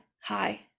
hi